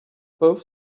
both